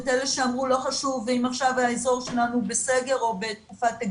את אלה שאמרו שלא חשוב אם עכשיו האזור שלנו הוא בסגר או במצב